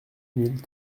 mille